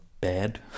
bad